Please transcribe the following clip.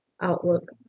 outlook